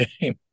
game